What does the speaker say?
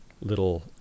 little